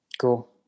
Cool